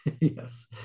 Yes